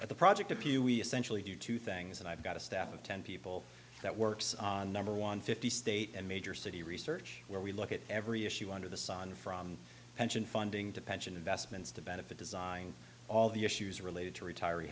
at the project if you we essentially do two things and i've got a staff of ten people that works on number one fifty state and major city research where we look at every issue under the sun from pension funding to pension investments to benefit design all the issues related to retir